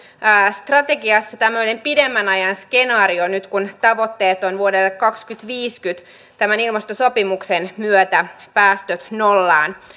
strategiassa tämmöinen pidemmän ajan skenaario nyt kun tavoitteena on vuodelle kaksituhattaviisikymmentä tämän ilmastosopimuksen myötä saada päästöt nollaan